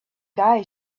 guy